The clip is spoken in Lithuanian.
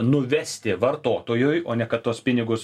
nuvesti vartotojui o ne kad tuos pinigus